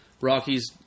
Rockies